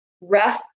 Rest